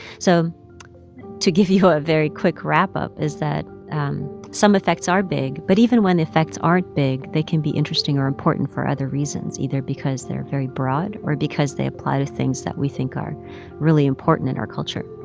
so to give you a very quick wrap-up is that some effects are big, but even when effects aren't big, they can be interesting or important for other reasons either because they are very broad or because they apply to things that we think are really important in our culture